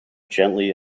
gently